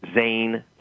Zane